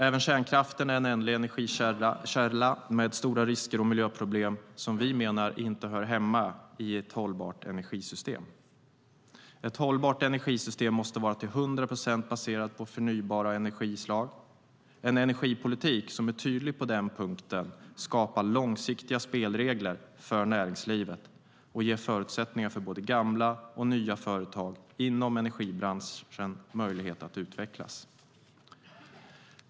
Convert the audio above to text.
Även kärnkraften är en ändlig energikälla med stora risker och miljöproblem som vi menar inte hör hemma i ett hållbart energisystem. Ett hållbart energisystem måste till hundra procent vara baserat på förnybara energislag. En energipolitik som är tydlig på den punkten skapar långsiktiga spelregler för näringslivet och ger förutsättningar för både gamla och nya företag inom energibranschen att utvecklas.